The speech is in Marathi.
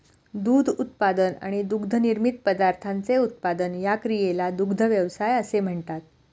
दूध उत्पादन आणि दुग्धनिर्मित पदार्थांचे उत्पादन या क्रियेला दुग्ध व्यवसाय असे म्हणतात